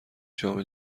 جام